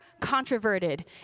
controverted